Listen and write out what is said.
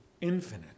infinite